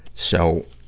so,